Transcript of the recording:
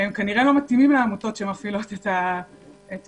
כנראה לא מתאימים לעמותות שמפעילות את המסגרות,